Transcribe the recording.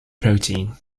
protein